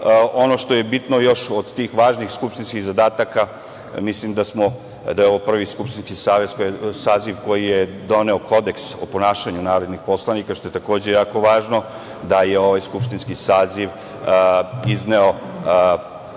što je još bitno od tih važnih skupštinskih zadataka, mislim da je ovo prvi skupštinski saziv koji je doneo Kodeks o ponašanju narodnih poslanika, što je, takođe jako važno, da je ovaj skupštinski saziv izneo,